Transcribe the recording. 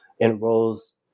enrolls